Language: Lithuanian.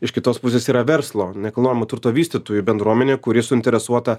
iš kitos pusės yra verslo nekilnojamo turto vystytojų bendruomenė kuri suinteresuota